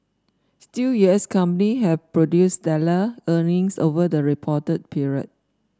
still U S company have produced stellar earnings over the reporting period